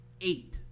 eight